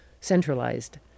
centralized